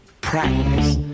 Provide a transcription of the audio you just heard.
practice